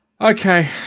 Okay